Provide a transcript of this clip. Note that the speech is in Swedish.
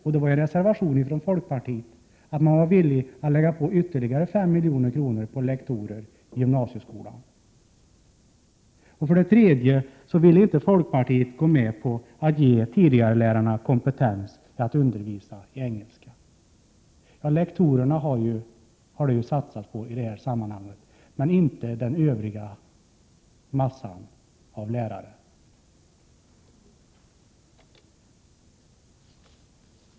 1987/88:123 att satsa ytterligare 5 milj.kr. på lektorer i gymnasieskolan. 19 maj 1988 För det tredje ville inte folkpartiet gå med på att ge de s.k. tidigarelärarna kompetens att undervisa i engelska. Lektorerna har det satsats på i det här sammanhanget, men inte på övriga lärare.